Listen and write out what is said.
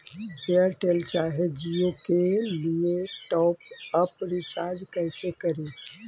Airtel चाहे जियो के लिए टॉप अप रिचार्ज़ कैसे करी?